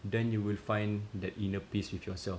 then you will find that inner peace with yourself